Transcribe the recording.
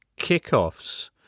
kickoffs